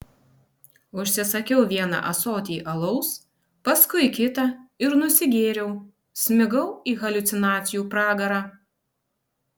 užsisakiau vieną ąsotį alaus paskui kitą ir nusigėriau smigau į haliucinacijų pragarą